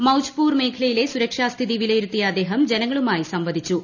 മൌജ്പൂർ മേഖലയിലെ സുരക്ഷാ സ്ഥിതി വിലയിരുത്തിയ അദ്ദേഹം ജനങ്ങളുമായി സംവദിച്ചു